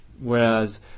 whereas